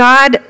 God